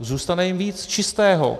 Zůstane jim víc čistého.